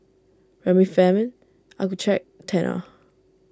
Remifemin Accucheck Tena